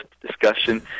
discussion